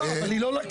לא, אבל היא לא לקחה.